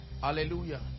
Hallelujah